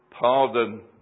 pardon